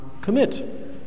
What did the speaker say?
commit